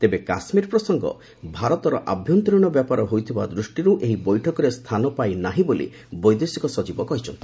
ତେବେ କାଶ୍ମୀର ପ୍ରସଙ୍ଗ ଭାରତର ଆଭ୍ୟନ୍ତରୀଣ ବ୍ୟାପାର ହୋଇଥିବା ଦୃଷ୍ଟିରୁ ଏହି ବୈଠକରେ ସ୍ଥାନ ପାଇନାହିଁ ବୋଲି ବୈଦେଶିକ ସଚିବ କହିଛନ୍ତି